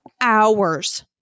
hours